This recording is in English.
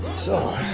so,